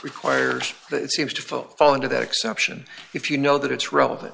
requires that it seems to fall fall into that exception if you know that it's relevant